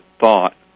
thought